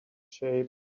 shape